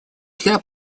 для